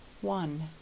One